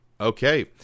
Okay